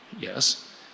yes